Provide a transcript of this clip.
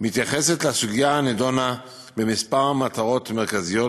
מתייחסת לסוגיה הנדונה בכמה מטרות מרכזיות.